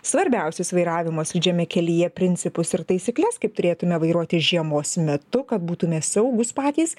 svarbiausius vairavimo slidžiame kelyje principus ir taisykles kaip turėtume vairuoti žiemos metu kad būtume saugūs patys